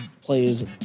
players